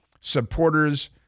supporters